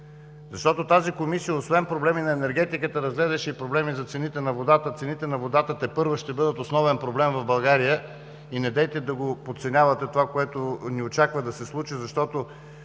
тук. Тази Комисия освен проблеми на енергетиката разглеждаше и проблеми за цените на водата. Цените на водата тепърва ще бъдат основен проблем в България. Не подценявайте това, което ни очаква да се случи, защото